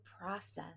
process